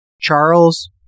Charles